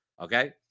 Okay